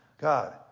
God